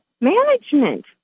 management